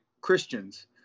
Christians